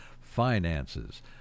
finances